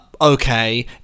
okay